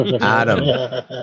Adam